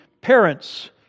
parents